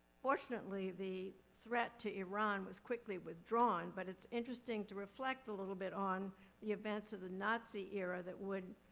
fortunately, the threat to iran was quickly withdrawn. but, it's interesting to reflect a little bit on the events of the nazi era that would,